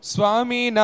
Swami